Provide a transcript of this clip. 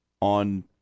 on